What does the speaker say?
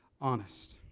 honest